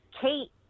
Kate